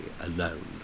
alone